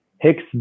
Hicks